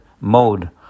mode